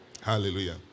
Hallelujah